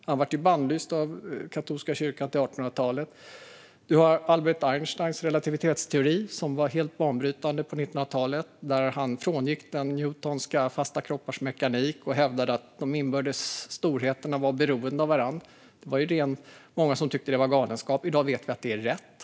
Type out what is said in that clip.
Han blev bannlyst av katolska kyrkan till 1800-talet. Einsteins relativitetsteori var helt banbrytande på 1900-talet när han frångick den newtonska fasta kroppars mekanik och hävdade att de inbördes storheterna var beroende av varandra. Det var många som tyckte att det var ren galenskap, men i dag vet vi att det är rätt.